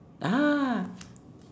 ah